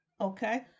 Okay